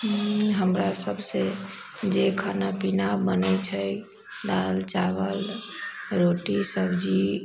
हमरा सबसे जे खाना पीना बनय छै दाल चावल रोटी सब्जी